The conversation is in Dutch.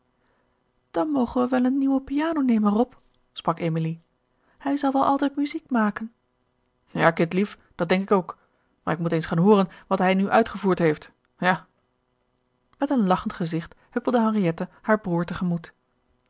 dan mogen we wel een nienwe piano nemen rob sprak emilie hij zal wel altijd muziek maken ja kindlief dat denk ik ook maar ik moet eens gaan hooren wat hij nu uitgevoerd heeft ja met een lachend gelaat huppelde henriette haar broer